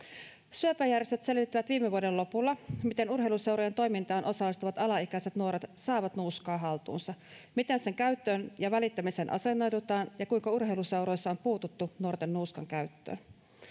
syöpäjärjestöt selvittivät viime vuoden lopulla miten urheiluseurojen toimintaan osallistuvat alaikäiset nuoret saavat nuuskaa haltuunsa miten sen käyttöön ja välittämiseen asennoidutaan ja kuinka urheiluseuroissa on puututtu nuorten nuuskan käyttöön